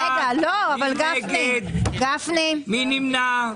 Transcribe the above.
לדאוג לכנס את הוועדה